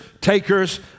takers